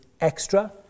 extra